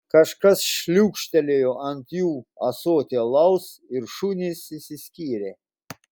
kažkas šliūkštelėjo ant jų ąsotį alaus ir šunys išsiskyrė